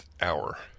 hour